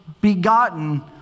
begotten